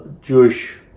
Jewish